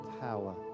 power